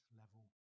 level